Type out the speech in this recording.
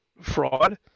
fraud